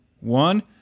one